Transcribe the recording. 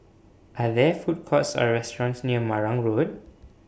Are There Food Courts Or restaurants near Marang Road